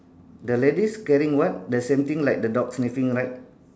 the ladies carrying what the same thing like the dog sniffing right